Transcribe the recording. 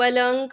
पलंग